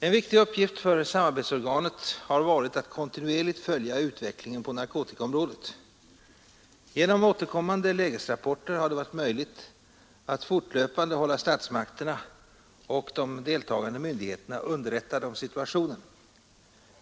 En viktig uppgift för samarbetsorganet har varit att kontinuerligt följa utvecklingen på narkotikaområdet. Genom återkommande lägesrapporter har det varit möjligt att fortlöpande hålla statsmakterna och de deltagande myndigheterna underrättade om situationen.